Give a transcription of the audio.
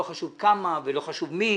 לא חשוב כמה ולא חשוב מי